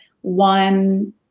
one